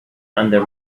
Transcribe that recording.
under